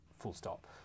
full-stop